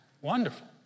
wonderful